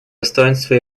достоинства